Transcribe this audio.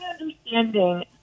understanding